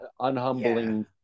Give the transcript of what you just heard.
unhumbling